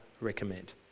recommend